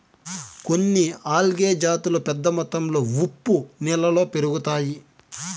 కొన్ని ఆల్గే జాతులు పెద్ద మొత్తంలో ఉప్పు నీళ్ళలో పెరుగుతాయి